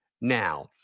Now